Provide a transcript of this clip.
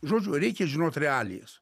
žodžiu reikia žinot realijas